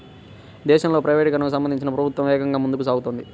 దేశంలో ప్రైవేటీకరణకు సంబంధించి ప్రభుత్వం వేగంగా ముందుకు సాగుతోంది